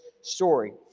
story